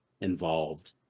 involved